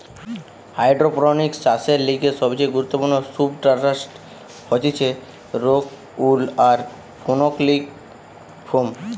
hydroponics চাষের লিগে সবচেয়ে গুরুত্বপূর্ণ সুবস্ট্রাটাস হতিছে রোক উল আর ফেনোলিক ফোম